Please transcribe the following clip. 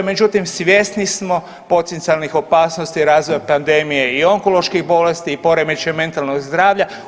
Međutim, svjesni smo potencijalnih opasnosti, razvoja pandemije i onkoloških bolesti i poremećaja mentalnog zdravlja.